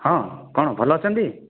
ହଁ କ'ଣ ଭଲ ଅଛନ୍ତି